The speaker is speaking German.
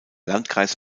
landkreis